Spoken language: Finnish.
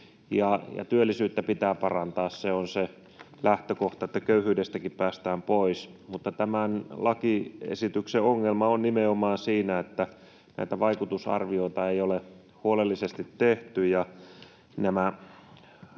työllisyyttä pitää parantaa. Se on se lähtökohta, että köyhyydestäkin päästään pois. Mutta tämän lakiesityksen ongelma on nimenomaan siinä, että vaikutusarvioita ei ole huolellisesti tehty